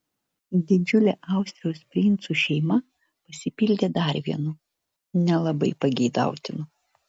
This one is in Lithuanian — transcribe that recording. didžiulė austrijos princų šeima pasipildė dar vienu nelabai pageidautinu